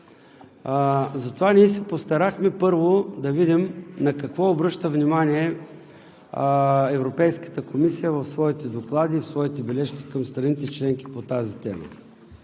Затова ние се постарахме първо да видим на какво обръща внимание Европейската комисия в своите доклади и в своите бележки към страните членки по тази тема.